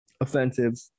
offensive